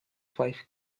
fife